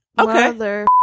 Okay